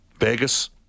Vegas